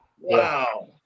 Wow